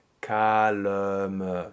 calme